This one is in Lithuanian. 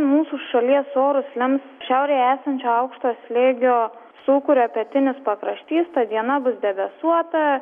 mūsų šalies orus lems šiaurėje esančio aukšto slėgio sūkurio pietinis pakraštys diena bus debesuota